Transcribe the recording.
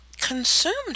consumed